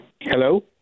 Hello